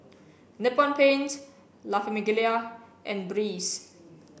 Nippon Paints La Famiglia and Breeze